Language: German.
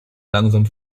langsam